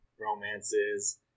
romances